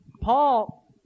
Paul